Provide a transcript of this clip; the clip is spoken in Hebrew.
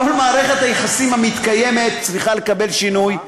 כל מערכת היחסים המתקיימת בין הצרכן לבין העוסק צריכה לעבור שינוי,